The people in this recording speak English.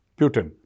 Putin